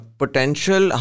potential